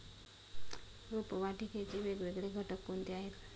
रोपवाटिकेचे वेगवेगळे घटक कोणते आहेत?